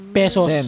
pesos